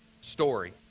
story